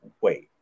wait